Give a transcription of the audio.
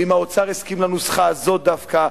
ואם האוצר הסכים לנוסחה הזאת דווקא,